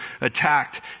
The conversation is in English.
attacked